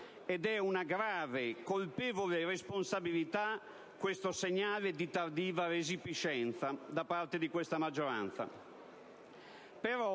ed è una grave, colpevole responsabilità questo segnale di tardiva resipiscenza da parte della maggioranza.